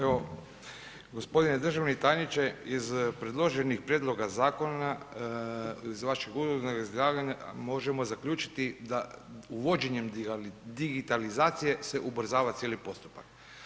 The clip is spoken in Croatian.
Evo g. državni tajniče iz predloženih prijedloga zakona, iz vašeg uvodnog izlaganja možemo zaključiti da uvođenjem digitalizacije se ubrzava cijeli postupak.